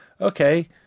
okay